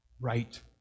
right